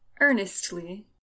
earnestly